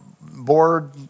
board